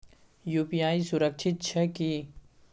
UPI सुरक्षित छै की?